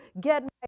get